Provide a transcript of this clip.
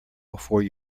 before